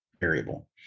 variable